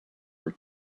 for